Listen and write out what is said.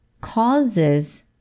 causes